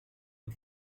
the